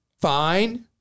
fine